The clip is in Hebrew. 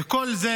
כל זה